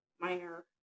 minor